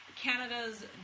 Canada's